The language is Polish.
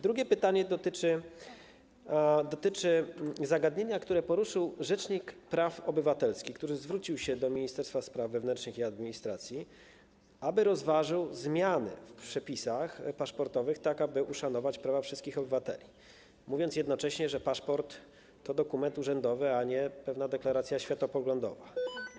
Drugie pytanie dotyczy zagadnienia, które poruszył rzecznik praw obywatelskich, który zwrócił się do Ministerstwa Spraw Wewnętrznych i Administracji, aby rozważyło zmianę w przepisach paszportowych, tak aby uszanować prawa wszystkich obywateli, i powiedział jednocześnie, że paszport to dokument urzędowy, a nie pewna deklaracja światopoglądowa.